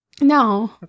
No